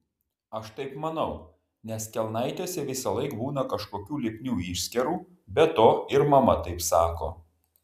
aš taip manau nes kelnaitėse visąlaik būna kažkokių lipnių išskyrų be to ir mama taip sako